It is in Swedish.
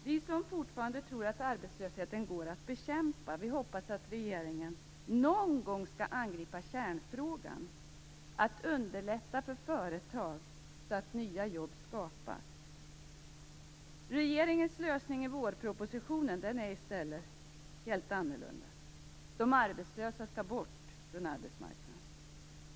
Vi som fortfarande tror att arbetslösheten går att bekämpa hoppas att regeringen någon gång skall angripa kärnfrågan, att underlätta för företag så att nya jobb skapas. Regeringens lösning i vårpropositionen är helt annorlunda. De arbetslösa skall bort från arbetsmarknaden.